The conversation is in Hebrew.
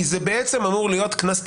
זה בעצם אמור להיות קנס טיפש,